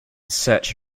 search